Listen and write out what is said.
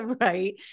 right